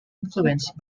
influenced